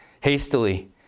hastily